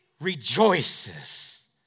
rejoices